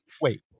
Wait